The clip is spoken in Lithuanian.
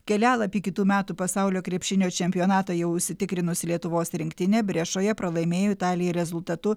kelialapį į kitų metų pasaulio krepšinio čempionatą jau užsitikrinusi lietuvos rinktinė brešoje pralaimėjo italijai rezultatu